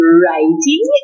writing